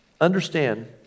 understand